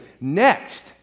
Next